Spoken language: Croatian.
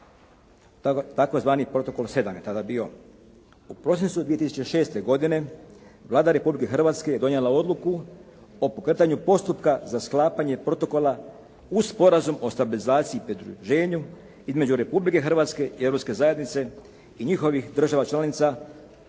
tzv. protokol 7 je tada bio. U prosincu 2006. godine Vlada Republike Hrvatske je donijela odluku o pokretanju postupka za sklapanje protokola uz Sporazum o stabilizaciji i pridruženju između Republike Hrvatske i Europske zajednice i njihovih država članica tada